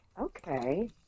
Okay